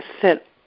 sit